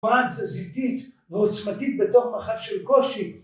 פרן תזזיתית, ועוצמתית, בתוך מרחב של קושי